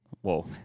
Whoa